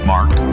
Mark